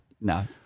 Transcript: No